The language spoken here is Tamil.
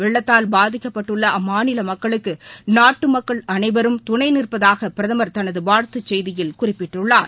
வெள்ளத்தால் பாதிக்கப்பட்டுள்ள அம்மாநில மக்களுக்கு நாட்டு மக்கள் அனைவரும் துணை நிற்பதாக பிரதமர் தனது வாழ்த்து செய்தியில் குறிப்பிட்டுள்ளார்